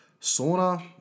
Sauna